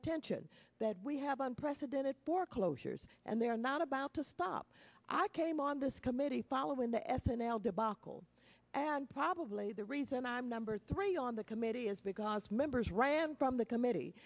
attention that we have unprecedented foreclosures and they are not about to stop i came on this committee following the ethanol debacle and probably the reason i'm number three on the committee is because members ran from the committee